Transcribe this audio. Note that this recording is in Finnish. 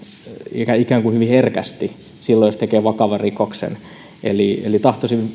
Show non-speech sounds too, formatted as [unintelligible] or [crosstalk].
ikään ikään kuin hyvin herkästi silloin jos tekee vakavan rikoksen tahtoisin [unintelligible]